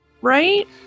Right